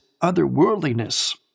otherworldliness